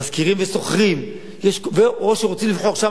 משכירים ושוכרים או שרוצים לבחור שם